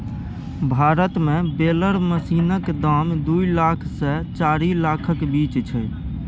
भारत मे बेलर मशीनक दाम दु लाख सँ चारि लाखक बीच छै